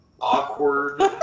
awkward